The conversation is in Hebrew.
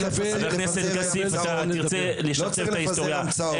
אתה תרצה לשכתב את ההיסטוריה,